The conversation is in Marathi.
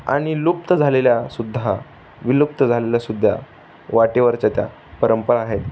आणि लुप्त झालेल्या सुद्धा विलुप्त झालेल्या सुद्धा वाटेवरच्या त्या परंपरा आहेत